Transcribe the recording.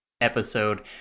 episode